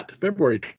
February